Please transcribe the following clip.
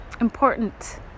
important